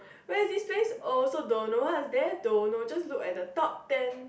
where is this place also don't know what is there don't know just look at the top ten